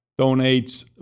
donates